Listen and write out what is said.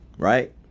Right